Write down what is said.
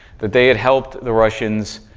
that they had helped the russians